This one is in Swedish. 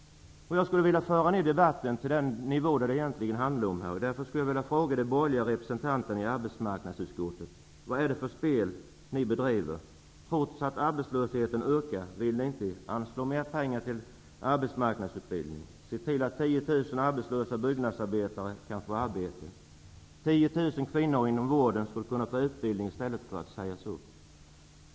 Jag skulle vilja föra ner debatten till den nivå som det egentligen handlar om här. Jag skulle vilja fråga de borgerliga representanterna i arbetsmarknadsutskottet: Vad är det för ett spel ni bedriver? Trots att arbetslösheten ökar vill ni inte anslå mer pengar till arbetsmarknadsutbildning. Ni vill inte se till att 10 000 arbetslösa byggnadsarbetare kan få arbete. Ni vill inte se till att 10 000 kvinnor inom vården skulle kunna få utbildning i stället för att sägas upp.